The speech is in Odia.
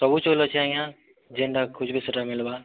ସବୁ ଚାଉଲ୍ ଅଛେ ଆଜ୍ଞା ଯେନ୍ଟା ଖୁଜ୍ବେ ସେଟା ମିଲ୍ବା